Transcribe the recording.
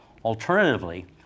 Alternatively